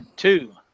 Two